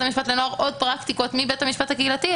המשפט לנוער עוד פרקטיקות מבית המשפט הקהילתי,